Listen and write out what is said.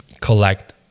collect